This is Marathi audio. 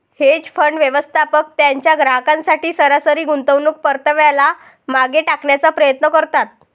हेज फंड, व्यवस्थापक त्यांच्या ग्राहकांसाठी सरासरी गुंतवणूक परताव्याला मागे टाकण्याचा प्रयत्न करतात